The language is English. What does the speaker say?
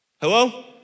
Hello